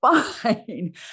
fine